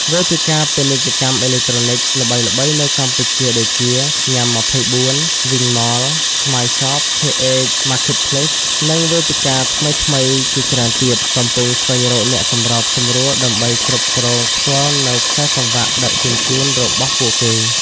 វេទិកាពាណិជ្ជកម្មអេឡិចត្រូនិក ល្បីៗនៅកម្ពុជាដូចជា Nham24, WingMall, Smile Shop, KH Marketplace និងវេទិកាថ្មីៗជាច្រើនទៀត កំពុងស្វែងរកអ្នកសម្របសម្រួលដើម្បីគ្រប់គ្រងផ្ទាល់នូវខ្សែសង្វាក់ដឹកជញ្ជូនរបស់ពួកគេ។